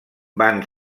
van